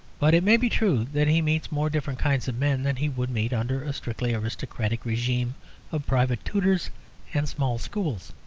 but it may be true that he meets more different kinds of men than he would meet under a strictly aristocratic regime of private tutors and small schools.